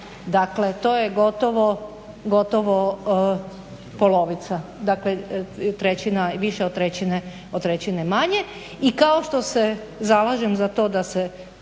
Dakle, to je gotovo polovica, više od trećine manje. I kao što se zalažem za to da se